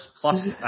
plus